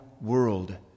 world